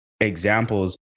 examples